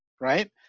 right